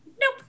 nope